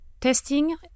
testing